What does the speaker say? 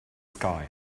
sky